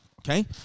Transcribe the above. Okay